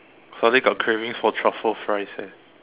suddenly got cravings for truffle fries eh